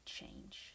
change